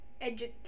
education